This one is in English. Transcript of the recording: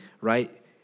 right